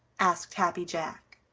asked happy jack.